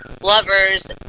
lovers